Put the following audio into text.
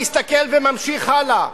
מסתכל וממשיך הלאה.